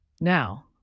Now